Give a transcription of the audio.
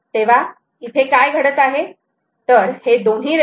तेव्हा इथे काय घडत आहे तर हे दोन्ही रेजिस्टर 6